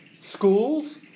schools